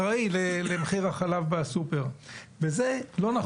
אחראי למחיר החלב בסופר וזה לא נכון.